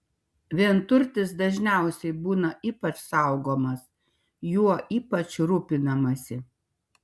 vienturtis dažniausiai būna ypač saugomas juo ypač rūpinamasi